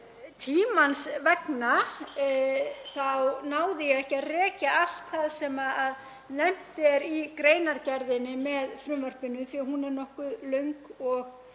Tímans vegna þá náði ég ekki að rekja allt það sem nefnt er í greinargerðinni með frumvarpinu, því að hún er nokkuð löng og